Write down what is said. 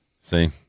See